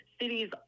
cities